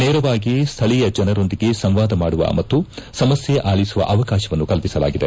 ನೇರವಾಗಿ ಸ್ವಳೀಯ ಜನರೊಂದಿಗೆ ಸಂವಾದ ಮಾಡುವ ಮತ್ತು ಸಮಸ್ಕೆ ಆಲಿಸುವ ಅವಕಾಶವನ್ನು ಕಲ್ಪಿಸಲಾಗಿದೆ